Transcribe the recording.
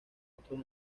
otros